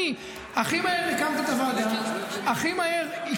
אני הקמתי את הוועדה הכי מהר,